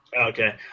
Okay